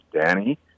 Danny